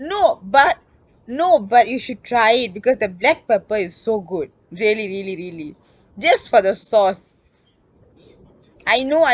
no but no but you should try it because the black pepper is so good really really really just for the sauce I know